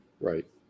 Right